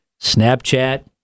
Snapchat